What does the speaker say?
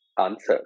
answer